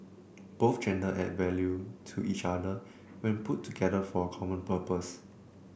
both gender add value to each other when put together for a common purpose